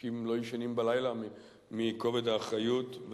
אנשים לא ישנים בלילה מכובד האחריות,